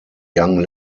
young